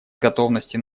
готовности